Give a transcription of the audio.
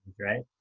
right